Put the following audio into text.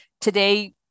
today